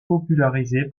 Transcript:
popularisée